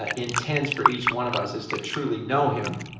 ah intends for each one of us, is to truly know him.